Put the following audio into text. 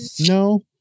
No